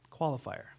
Qualifier